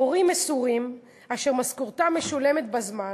מורים מסורים אשר משכורתם משולמת בזמן